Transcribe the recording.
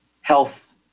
health